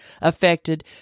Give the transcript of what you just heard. affected